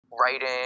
writing